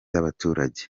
y’abaturage